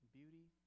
beauty